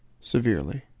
severely